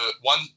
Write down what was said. one